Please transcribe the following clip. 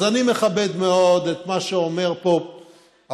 אז אני מכבד מאוד את מה שאומר פה הפרופסור,